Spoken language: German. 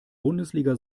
bundesliga